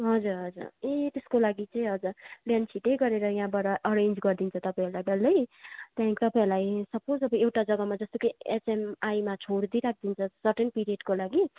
ए हजुर हजुर ए त्यसको लागि चाहिँ हजुर बिहान छिटै गरेर यहाँबाट एरेन्ज गरिदिन्छ तपाईँहरूलाई डल्लै त्यही तपाईँहरूलाई सपोज एउटा जगामा जस्तो कि एचएमआईमा छोडिदिराखिदिन्छ सर्टेन पिरियडको लागि